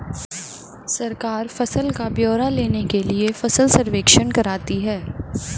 सरकार फसल का ब्यौरा लेने के लिए फसल सर्वेक्षण करवाती है